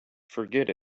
forget